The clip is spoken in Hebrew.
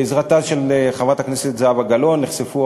בעזרתה של חברת הכנסת זהבה גלאון נחשפו